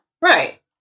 right